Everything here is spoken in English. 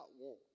want